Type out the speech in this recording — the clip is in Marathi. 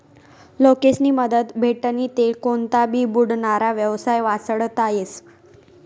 लोकेस्नी मदत भेटनी ते कोनता भी बुडनारा येवसाय वाचडता येस